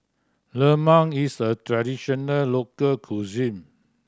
lemang is a traditional local cuisine